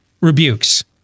rebukes